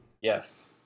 Yes